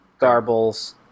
garbles